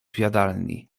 jadalni